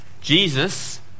Jesus